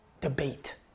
debate